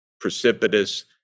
precipitous